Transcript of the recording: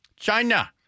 China